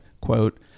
quote